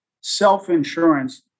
self-insurance